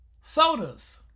Sodas